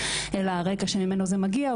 אלא הרקע שממנו זה מגיע,